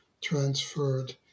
transferred